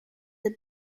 the